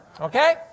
Okay